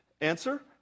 Answer